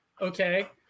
okay